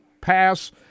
pass